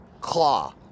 claw